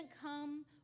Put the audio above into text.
come